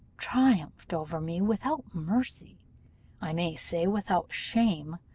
triumphed over me without mercy i may say, without shame!